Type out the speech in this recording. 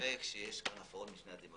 ספק שיש פה הפרות משני הצדדים.